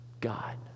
God